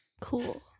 Cool